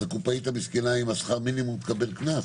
אז הקופאית המסכנה עם שכר המינימום תקבל קנס?